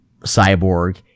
cyborg